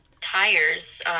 tires